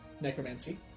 Necromancy